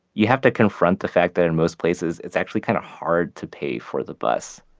you have to confront the fact that in most places it's actually kind of hard to pay for the bus.